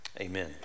Amen